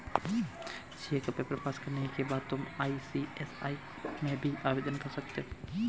CA का paper pass करने के बाद तुम आई.सी.ए.आई में भी आवेदन कर सकते हो